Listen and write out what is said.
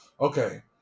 Okay